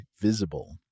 Visible